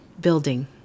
building